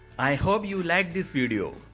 i hope you like this video.